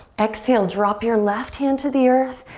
exhale, drop your left hand to the earth,